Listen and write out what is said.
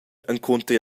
encunter